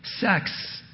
sex